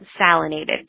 salinated